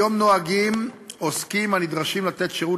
היום נוהגים עוסקים הנדרשים לתת שירות